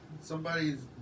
Somebody's